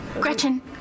gretchen